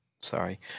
sorry